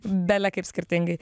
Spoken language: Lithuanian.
belekaip skirtingai